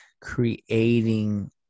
creating